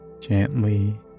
Gently